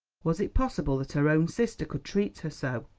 was it possible that her own sister could treat her so?